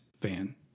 fan